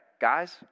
Guys